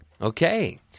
okay